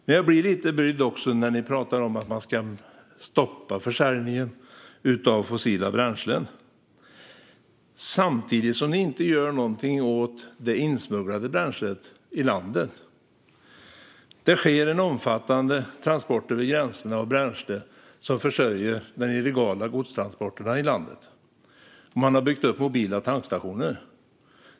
Men jag blir lite brydd när ni talar om att man ska stoppa försäljningen av fossila bränslen samtidigt som ni inte gör något åt det bränsle som smugglas in i landet. Det sker en omfattande transport över gränserna av bränsle som försörjer de illegala godstransporterna i landet, och man har byggt upp mobila tankstationer.